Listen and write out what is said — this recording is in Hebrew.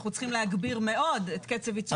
אנחנו צריכים להגביר מאוד את קצב ייצור